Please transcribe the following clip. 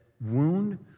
wound